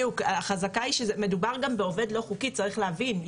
החזקה היא שמדובר גם בעובד לא חוקי, צריך להבין.